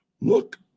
look